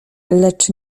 lecz